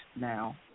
now